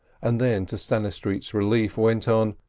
and then, to stannistreet's relief, went on.